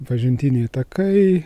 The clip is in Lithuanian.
pažintiniai takai